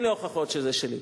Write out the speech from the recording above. אין לי הוכחות שזה שלי,